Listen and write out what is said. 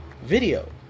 video